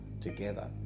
together